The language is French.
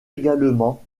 également